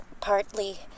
partly